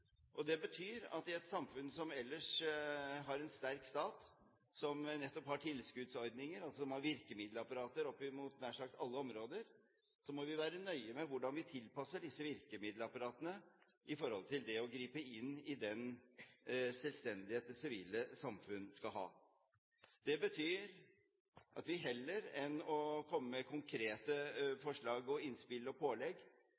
samfunn. Det betyr at vi i et samfunn som har en sterk stat, som har tilskuddsordninger, og som har virkemiddelapparater opp mot nær sagt alle områder, må være nøye med hvordan vi tilpasser disse virkemiddelapparatene i forhold til det å gripe inn i den selvstendighet det sivile samfunn skal ha. Det betyr at vi heller enn å komme med konkrete forslag, innspill og pålegg